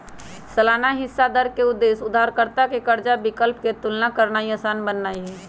सालाना हिस्सा दर के उद्देश्य उधारदाता आ कर्जा विकल्प के तुलना करनाइ असान बनेनाइ हइ